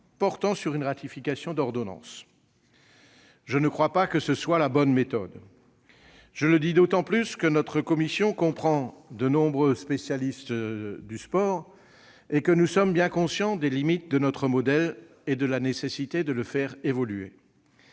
portant ratification d'une ordonnance. Je ne crois pas que ce soit la bonne méthode. Je le dis avec d'autant plus de force que, au sein d'une commission comprenant de nombreux spécialistes du sport, nous sommes bien conscients des limites de notre modèle et de la nécessité de le faire évoluer.